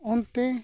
ᱚᱱᱛᱮ